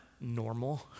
normal